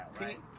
right